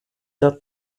der